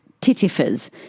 titifers